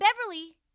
Beverly